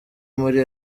muri